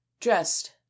dressed